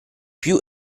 più